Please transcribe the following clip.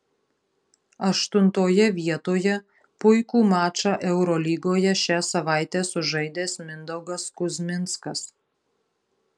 aštuntoje vietoje puikų mačą eurolygoje šią savaitę sužaidęs mindaugas kuzminskas